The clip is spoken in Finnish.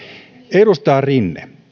edustaja rinne